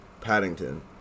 paddington